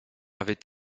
avait